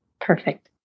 Perfect